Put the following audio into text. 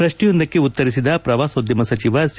ಪ್ರಶ್ನೆಯೊಂದಕ್ಕೆ ಉತ್ತರಿಸಿದ ಪ್ರವಾಸೋದ್ಯಮ ಸಚಿವ ಸಿ